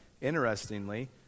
interestingly